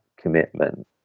commitment